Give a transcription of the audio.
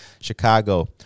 Chicago